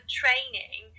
training